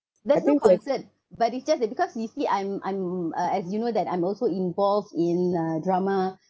there's no concern but it's just that because you see I'm I'm uh as you know that I'm also involved in uh drama